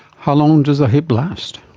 how long does a hip last?